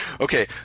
Okay